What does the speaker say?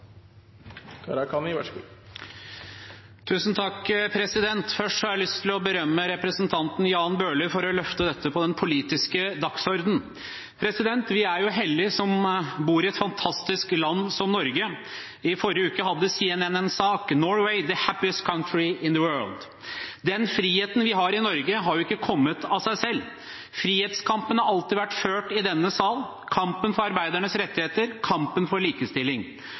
Jan Bøhler for å løfte denne saken opp på den politiske dagsordenen. Vi er heldige som bor i et fantastisk land som Norge. I forrige uke hadde CNN en sak: Norway is the happiest country in the world. Den friheten vi har i Norge, har ikke kommet av seg selv. Frihetskampen har alltid vært ført i denne sal – kampen for arbeidernes rettigheter og kampen for likestilling.